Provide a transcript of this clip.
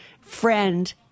friend